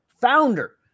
founder